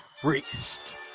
Priest